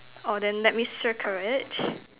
orh then let me circle it